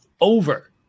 over